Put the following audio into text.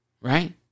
right